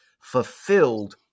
fulfilled